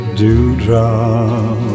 dewdrop